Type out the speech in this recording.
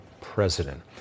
president